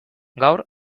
gaur